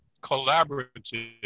collaborative